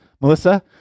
Melissa